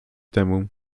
temu